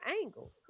angle